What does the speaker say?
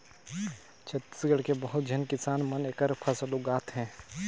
छत्तीसगढ़ के बहुत झेन किसान मन एखर फसल उगात हे